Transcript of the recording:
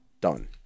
done